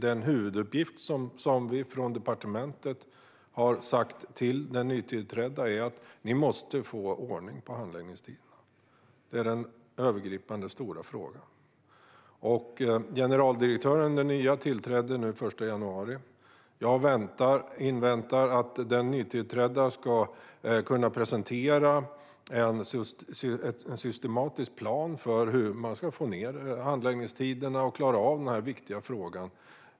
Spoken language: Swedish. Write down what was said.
Den huvuduppgift som vi från departementet har ålagt den nytillträdda är att man måste få ordning på handläggningstiderna. Det är den övergripande stora frågan. Den nya generaldirektören tillträdde den 1 januari. Jag inväntar att den nytillträdda ska kunna presentera en systematisk plan för hur man under den närmaste tiden ska få ned handläggningstiderna och klara av den här viktiga frågan.